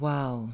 Wow